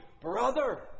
brother